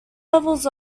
levels